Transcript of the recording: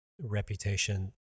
reputation